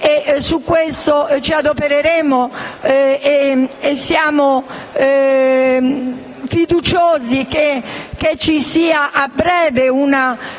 Su questo ci adopereremo, e siamo fiduciosi che ci sarà, a breve, una